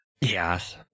Yes